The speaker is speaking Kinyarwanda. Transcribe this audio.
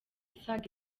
isaga